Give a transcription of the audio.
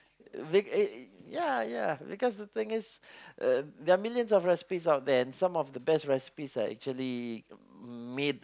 week eight ya ya because the thing is uh there are millions of recipes out there some of the best recipes are actually made